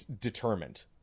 determined